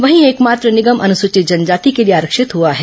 वहीं एकमात्र निगम अनसुचित जनजाति के लिए आरक्षित हुआ है